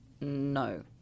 No